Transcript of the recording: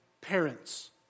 parents